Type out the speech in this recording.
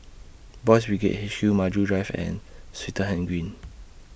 Boys' Brigade H Q Maju Drive and Swettenham Green